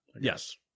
yes